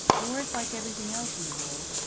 war is like everything else in the world.